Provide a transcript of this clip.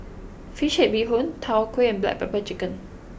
Fish Head Bee Hoon Tau Huay and Black Pepper Chicken